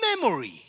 memory